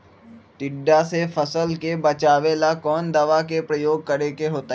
टिड्डा से फसल के बचावेला कौन दावा के प्रयोग करके होतै?